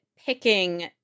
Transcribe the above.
picking